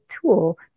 tool